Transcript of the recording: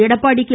Edappadi K